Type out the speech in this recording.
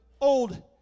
old